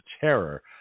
terror